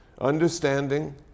understanding